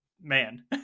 man